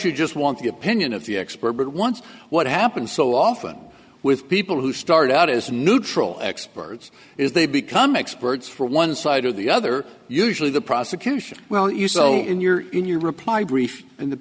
you just want the opinion of the expert but once what happens so often with people who start out as neutral experts is they become experts for one side or the other usually the prosecution well you so in your in your reply brief and the